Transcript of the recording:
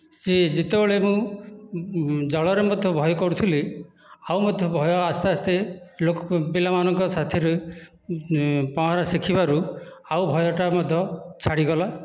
ସେ ଯେତେବେଳେ ମୁଁ ଜଳରେ ମଧ୍ୟ ଭୟ କରୁଥିଲି ଆଉ ମଧ୍ୟ ଭୟ ଆସ୍ତେ ଆସ୍ତେ ଲୋକଙ୍କ ପିଲାମାନଙ୍କ ସାଥିରେ ପହଁରା ଶିଖିବାରୁ ଆଉ ଭୟଟା ମଧ୍ୟ ଛାଡ଼ିଗଲା